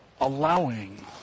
allowing